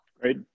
Great